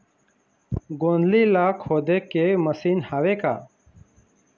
गोंदली ला खोदे के मशीन हावे का?